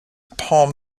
palm